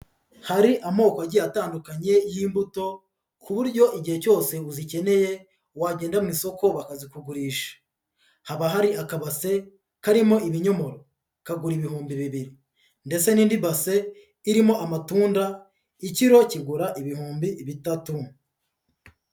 Hari amoko agiye atandukanye y'imbuto ku buryo igihe cyose ngo uzikeneye wagenda mu isoko bakazikugurisha. Haba hari akabase karimo ibinyomoro, kagura ibihumbi bibiri ndetse n'indi base irimo amatunda, ikiro kigura ibihumbi bitatu.